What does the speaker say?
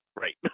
right